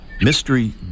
mystery